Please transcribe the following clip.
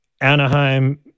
Anaheim